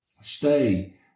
stay